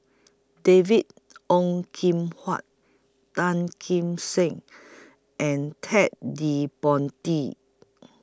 David Ong Kim Huat Tan Kim Seng and Ted De Ponti